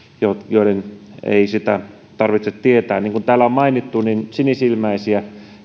joiden ei sitä tarvitse tietää niin kuin täällä on mainittu sinisilmäisiä